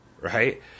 right